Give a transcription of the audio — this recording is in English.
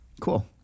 Cool